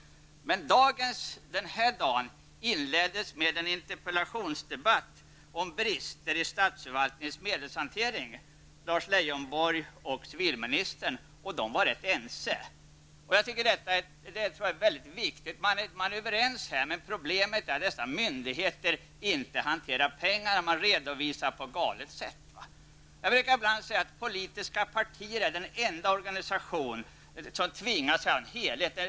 Men den här dagen inleddes med en interpellationsdebatt mellan Lars Leijonborg och civilministern om brister i statsförvaltningens medelshantering. De var rätt ense. Jag tror att det är viktigt att notera detta. Man är överens, men problemet är att myndigheter redovisar pengarna på galet sätt. Jag brukar ibland säga att politiska partier är de enda organisationer som tvingas se till helheten.